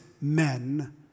men